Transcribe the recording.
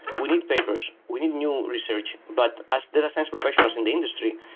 we need papers. we need new research, but as data science professionals in the industry,